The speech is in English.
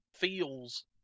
feels